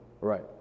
right